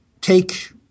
take